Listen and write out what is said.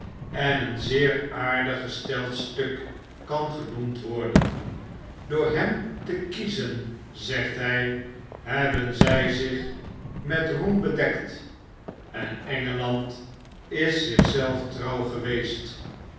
en een zeer aardig gesteld stuk kan genoemd worden door hem te kiezen zegt hij hebben zy zich met roem bedekt en engeland is zich zelf trouw geweest